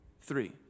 Three